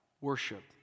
worship